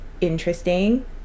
interesting